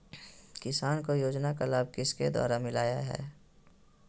किसान को योजना का लाभ किसके द्वारा मिलाया है?